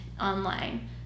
online